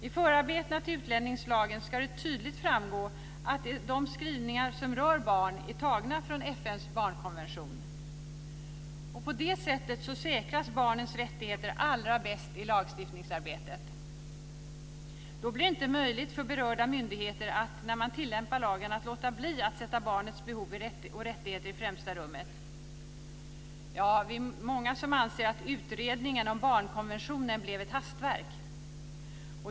I förarbetena till utlänningslagen ska det tydligt framgå att de skrivningar som rör barn är tagna från FN:s barnkonvention. På det sättet säkras barnens rättigheter allra bäst i lagstiftningsarbetet. Då blir det inte möjligt för berörda myndigheter att när de tillämpar lagen låta bli att sätta barnets behov och rättigheter i främsta rummet. Vi är många som anser att utredningen om barnkonventionen blev ett hastverk.